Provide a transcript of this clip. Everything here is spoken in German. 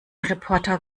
reporter